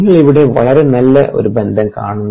നിങ്ങൾ ഇവിടെ വളരെ നല്ല ബന്ധം കാണുന്നു